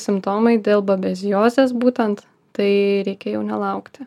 simptomai dėl babeziozės būtent tai reikia jau nelaukti